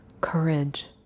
courage